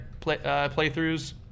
playthroughs